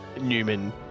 Newman